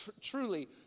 truly